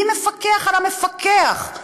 מי מפקח על המפקח?